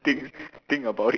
think think about it